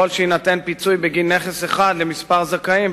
יכול להיות שיינתן פיצוי בגין נכס אחד לכמה זכאים,